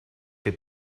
que